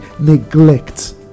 neglect